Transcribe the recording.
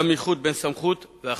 גם איחוד בין סמכות ואחריות,